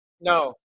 No